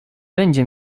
będzie